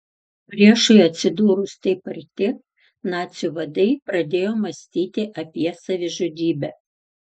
priešui atsidūrus taip arti nacių vadai pradėjo mąstyti apie savižudybę